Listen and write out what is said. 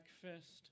breakfast